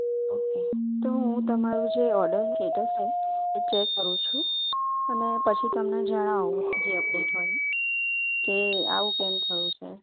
okay તો હું તમારું જે ઓડર સ્ટેટ્સ છે એ ચેક કરું છું અને પછી તમને જણાવું જે અપડેટ હોય એ કે આવું કેમ થયું છે